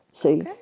See